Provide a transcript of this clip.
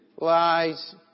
Lies